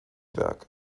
werk